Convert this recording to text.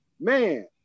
Man